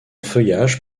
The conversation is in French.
feuillage